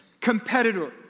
competitor